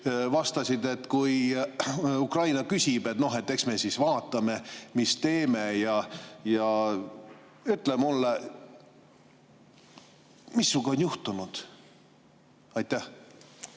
Vastasid, et kui Ukraina küsib, eks me siis vaatame, mis teeme. Ütle mulle, mis sinuga on juhtunud. Aitäh!